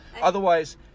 otherwise